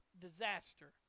disaster